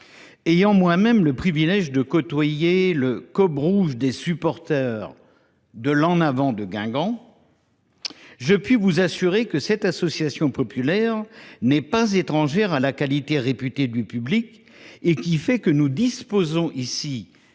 Ayant moi même le privilège de côtoyer le Kop rouge des supporters de l’En Avant de Guingamp, je puis vous assurer que cette association populaire n’est pas étrangère à la qualité réputée du public, qui fait que nous disposons